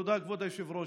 תודה, כבוד היושב-ראש.